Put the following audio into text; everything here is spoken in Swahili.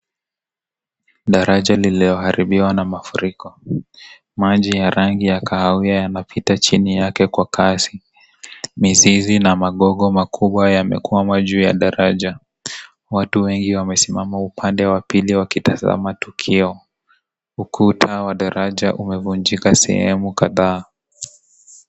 Daraja lililoharibiwa na mafuriko. Maji ya rangi ya kahawia yanapita chini yake kwa kasi. Mizizi na magogo makubwa yamekwama juu ya daraja. Watu wengi wamesimama upande wa pili wakitazama tukio. Ukuta wa daraja umevunjika sehemu kadhaa.